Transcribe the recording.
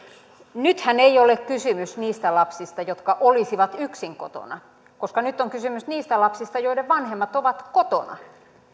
nythän ei ole kysymys niistä lapsista jotka olisivat yksin kotona koska nyt on kysymys niistä lapsista joiden vanhemmat ovat kotona